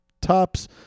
Tops